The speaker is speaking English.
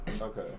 Okay